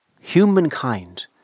humankind